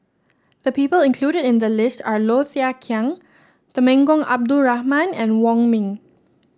the people included in the list are Low Thia Khiang Temenggong Abdul Rahman and Wong Ming